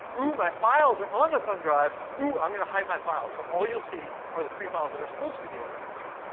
my files are on the thumb drive. oh, i'm going to hide my files. so all you'll see are the three files that are supposed to be on your thumb drive.